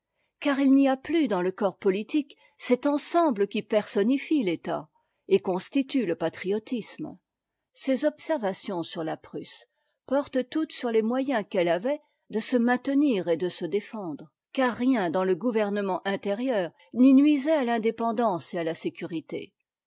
car il n'y a plus dans le corps politique cet ensemble qui personnifie l'état et constitue le patriotisme ces observations sur la prusse portent toutes sur les moyens qu'elle avait de se maintenir et de supprimé par la censure supprimé par la censure ii se défendre car rien dans le gouvernement intérieur n'y nuisait à l'indépendance et à la sécurité